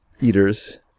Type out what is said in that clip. eaters